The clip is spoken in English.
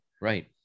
Right